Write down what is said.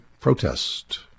protest